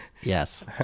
Yes